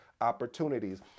Opportunities